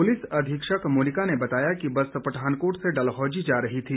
police अधीक्षक मोनिका ने बताया कि बस पठानकोट से डलहौजी जा रही थी